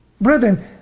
Brethren